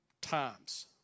times